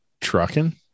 trucking